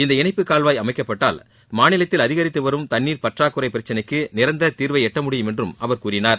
இந்த இணைப்பு னல்வாய் அமைக்கப்பட்டால் மாநிலத்தில் அதிகரித்து வரும் தண்ணீர் பற்றாக்குறை பிரச்சனைக்கு நிரந்தர தீர்வை எட்ட முடியும் என்றும் அவர் கூறினார்